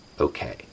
okay